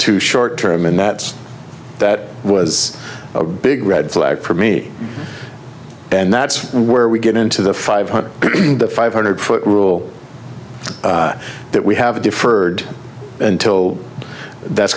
to short term and that's that was a big red flag for me and that's where we get into the five hundred the five hundred foot rule that we have differed until that's